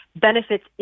benefits